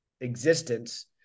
existence